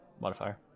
modifier